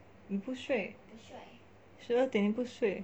你不睡十二点了你不睡